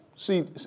See